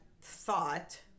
thought